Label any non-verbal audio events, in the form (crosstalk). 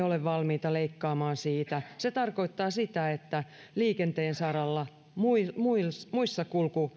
(unintelligible) ole valmiita leikkaamaan siitä se tarkoittaa sitä että liikenteen saralla muissa